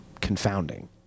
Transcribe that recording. confounding